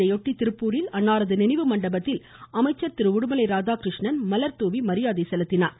இதையொட்டி திருப்பூரில் அன்னாரது நினைவு மண்டபத்தில் அமைச்சர் திரு உடுமலை ராதாகிருஷ்ணன் மலர்தூவி மரியாதை செலுத்தினார்